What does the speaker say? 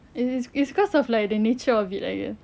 it's it's because of like the nature of it lah ya